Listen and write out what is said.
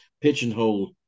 pigeonhole